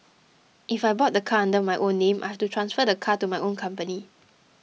if I bought the car under my own name I have to transfer the car to my own company